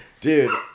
Dude